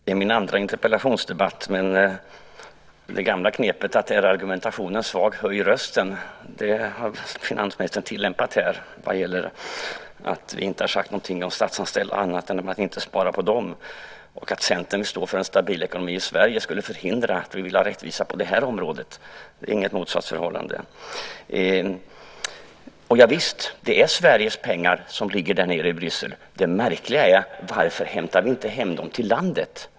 Fru talman! Det är min andra interpellationsdebatt, men det gamla knepet att är argumentationen svag höjer man rösten har finansministern tillämpat här vad gäller att vi inte har sagt någonting om de statsanställda annat än att man inte skulle spara på dem. Att Centern står för en stabil ekonomi i Sverige skulle väl inte förhindra att vi vill ha rättvisa på det här området. Det är inget motsatsförhållande. Javisst, det är Sveriges pengar som ligger där nere i Bryssel. Det märkliga är att vi inte hämtar hem dem till landet.